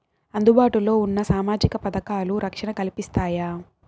అందుబాటు లో ఉన్న సామాజిక పథకాలు, రక్షణ కల్పిస్తాయా?